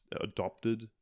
adopted